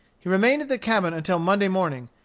he remained at the cabin until monday morning,